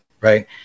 right